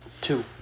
two